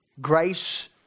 Grace